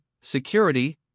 security